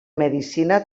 medicina